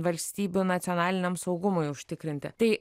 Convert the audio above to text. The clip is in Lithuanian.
valstybių nacionaliniam saugumui užtikrinti tai